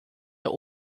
der